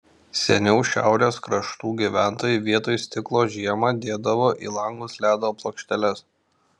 seniau šiaurės kraštų gyventojai vietoj stiklo žiemą dėdavo į langus ledo plokšteles